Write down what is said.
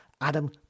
Adam